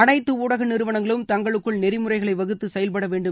அனைத்து ஊடக நிறுவனங்களும் தங்களுக்குள் நெறிமுறைகளை வகுத்து செயல்பட வேண்டும்